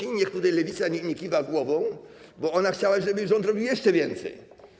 I niech tutaj Lewica nie kiwa głową, bo ona chciała, żeby rząd robił jeszcze więcej.